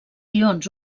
ions